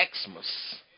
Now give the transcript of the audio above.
Xmas